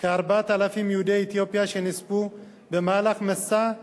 כ-4,000 יהודי אתיופיה שנספו במהלך מסעם לארץ-ישראל.